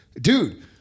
dude